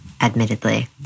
admittedly